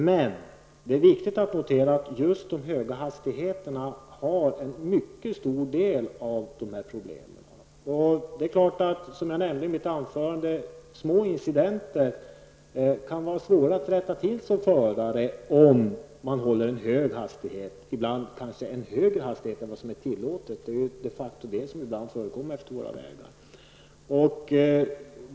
Men det är ändå viktigt att notera att just de höga hastigheterna utgör ett stort problem. Som jag nämnde i mitt anförande kan det som förare vara svårt att undvika små incidenter om man håller för hög hastighet. Det är ju inte heller ovanligt att människor kör för fort på våra vägar.